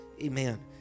Amen